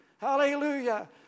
Hallelujah